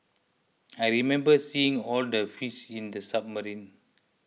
I remember seeing all the fish in the submarine